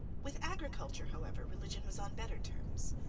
with agriculture, however, religion was on better terms.